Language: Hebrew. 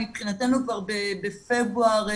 מבחינתנו כבר בפברואר,